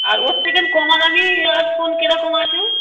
আর ওর থেকেন কম দামি আর ফোন কেরকম আছে